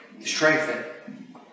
Strengthen